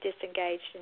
disengaged